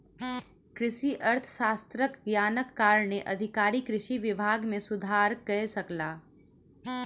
कृषि अर्थशास्त्रक ज्ञानक कारणेँ अधिकारी कृषि विभाग मे सुधार कय सकला